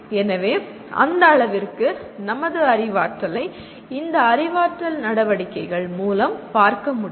எனவே அந்த அளவிற்கு நமது அறிவாற்றலை இந்த அறிவாற்றல் நடவடிக்கைகள் மூலம் பார்க்க முடியும்